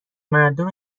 مردم